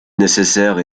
nécessaire